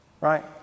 right